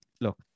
look